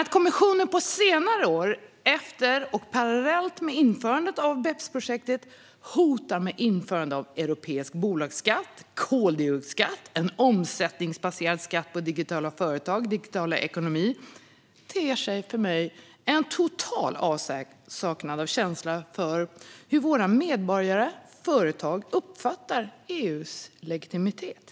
Att kommissionen på senare år, efter och parallellt med införandet av BEPS-projektet, hotar med införande av europeisk bolagsskatt, koldioxidskatt och en omsättningsbaserad skatt på digitala företag och digital ekonomi ter sig för mig som en total avsaknad av känsla för hur våra medborgare och företag uppfattar EU:s legitimitet.